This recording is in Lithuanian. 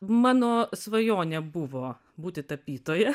mano svajonė buvo būti tapytoja